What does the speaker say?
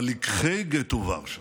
אבל לקחי גטו ורשה